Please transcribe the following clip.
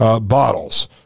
bottles